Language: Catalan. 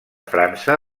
frança